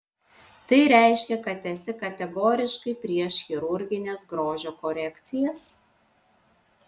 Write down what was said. tai reiškia kad esi kategoriškai prieš chirurgines grožio korekcijas